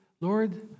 Lord